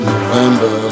November